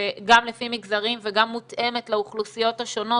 גם לפי מגזרים וגם מותאמת לאוכלוסיות השונות,